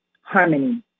harmony